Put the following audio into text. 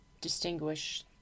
distinguish